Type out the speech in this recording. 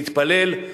להתפלל,